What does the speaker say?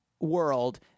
world